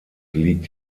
liegt